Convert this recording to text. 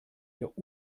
ihr